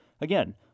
Again